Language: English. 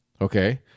Okay